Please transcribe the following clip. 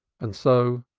and so,